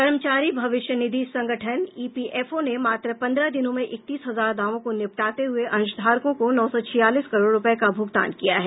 कर्मचारी भविष्य निधि संगठन ईपीएफओ ने मात्र पन्द्रह दिनों में इकतीस हजार दावों को निपटाते हुए अंशधारकों को नौ सौ छियालीस करोड़ रुपये का भुगतान किया है